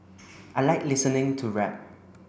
I like listening to rap